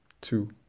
Two